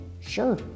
sure